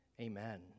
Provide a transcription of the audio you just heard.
amen